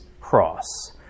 cross